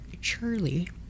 Charlie